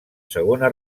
segona